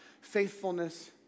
faithfulness